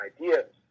ideas